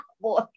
Boy